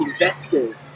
investors